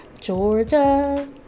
Georgia